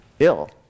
ill